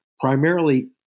primarily